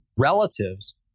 relatives